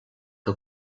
que